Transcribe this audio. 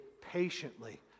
patiently